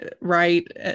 right